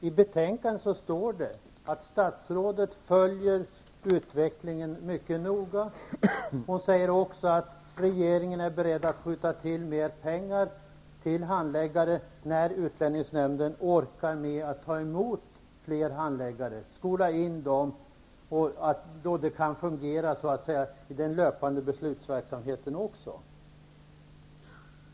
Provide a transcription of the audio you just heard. I betänkandet står det att statsrådet följer utvecklingen mycket noga och att regeringen är beredd att skjuta till mer pengar till handläggare när utlänningsnämnden orkar ta emot fler handläggare och skola in dem så att de kan fungera i den löpande beslutsverksamheten.